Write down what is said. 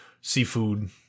seafood